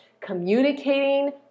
communicating